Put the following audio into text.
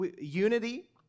Unity